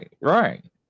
right